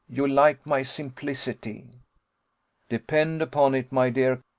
you like my simplicity depend upon it, my dear,